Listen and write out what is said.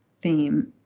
theme